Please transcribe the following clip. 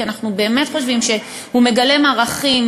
כי אנחנו באמת חושבים שהוא מגלם ערכים,